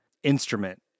instrument